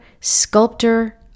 sculptor